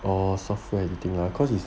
oh software editing ah cause it's